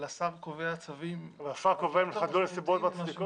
אבל השר קובע צווים -- אבל השר קובע אם חדלו הנסיבות המצדיקות?